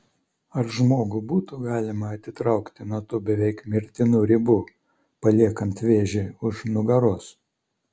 ar žmogų būtų galima atitraukti nuo tų beveik mirtinų ribų paliekant vėžį už nugaros